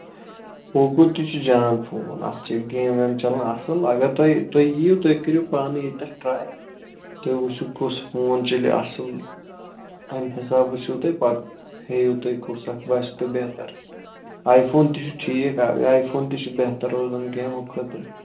Poco تہِ چھُ جان فون اَتھ چھِ گیمہٕ ویمہٕ چلان اَصٕل اَگر تۄہہِ تُہۍ یِیِو تُہۍ کٔرِو پانہٕ ییٚتٮ۪تھ ٹرٛاے تُہۍ وٕچھِو کُس فون چَلہِ اَصٕل اَمہِ حِسابہٕ وٕچھِو تُہۍ پَتہٕ ہیٚیِو تُہۍ کُس اَکھ باسیُو تۄہہِ بہتر آٮی فون تہِ چھُ ٹھیٖک آی فون تہِ چھُ بہتر روزان گیمو خٲطرٕ